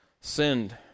sinned